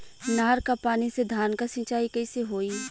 नहर क पानी से धान क सिंचाई कईसे होई?